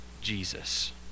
Jesus